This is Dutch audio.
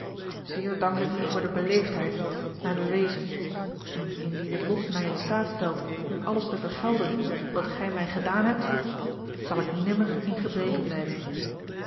zeer dank ik u voor de beleefdheid mij bewezen en indien het lot mij in staat stelt u alles te vergelden wat gij mij gedaan hebt zal ik nimmer in gebreke blijven